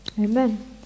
Amen